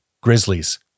grizzlies